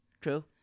True